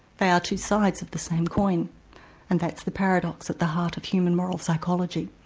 they are two sides of the same coin and that's the paradox at the heart of human moral psychology.